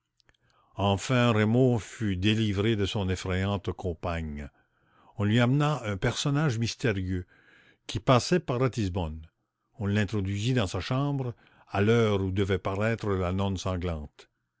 enfin raymond fut délivré de son effrayante compagne on lui amena un personnage mystérieux qui passait par ratisbonne on l'introduisit dans sa chambre à l'heure où devait paraître la nonne sanglante